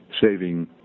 saving